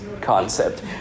concept